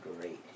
great